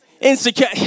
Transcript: insecure